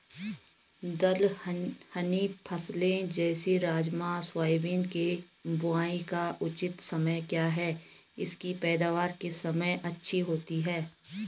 दलहनी फसलें जैसे राजमा सोयाबीन के बुआई का उचित समय क्या है इसकी पैदावार किस समय अच्छी होती है?